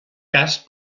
cas